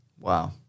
Wow